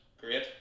great